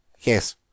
Yes